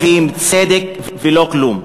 לא מביאים צדק ולא כלום.